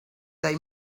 they